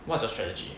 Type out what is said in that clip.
what's your strategy